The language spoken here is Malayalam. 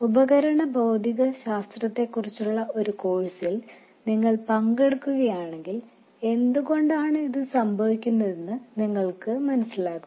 ഉപകരണ ഭൌതികശാസ്ത്രത്തെക്കുറിച്ചുള്ള ഒരു കോഴ്സിൽ നിങ്ങൾ പങ്കെടുക്കുകയാണെങ്കിൽ എന്തുകൊണ്ടാണ് ഇത് സംഭവിക്കുന്നതെന്ന് നിങ്ങൾക്ക് മനസ്സിലാകും